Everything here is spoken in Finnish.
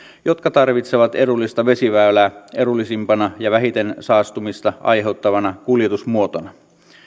jotka tarvitsevat edullista vesiväylää edullisimpana ja vähiten saastumista aiheuttavana kuljetusmuotona